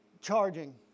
Charging